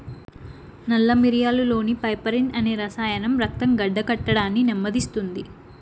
నల్ల మిరియాలులోని పైపెరిన్ అనే రసాయనం రక్తం గడ్డకట్టడాన్ని నెమ్మదిస్తుంది